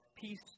Peace